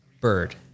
bird